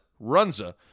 Runza